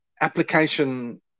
application